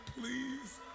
Please